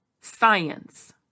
science